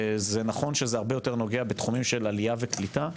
נכון שזה הרבה יותר נוגע בתחומים של עלייה וקליטה,